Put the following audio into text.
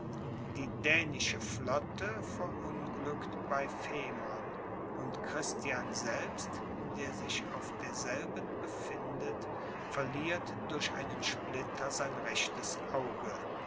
die dänische flotte verunglückt bei femern und christian selbst der sich auf derselben befindet verliert durch einen splitter sein rechtes auge